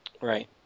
Right